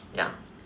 ya